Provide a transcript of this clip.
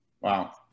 wow